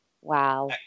wow